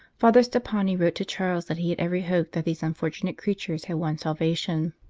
father stoppani wrote to charles that he had every hope that these unfortunate creatures had won salvation.